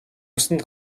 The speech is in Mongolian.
усанд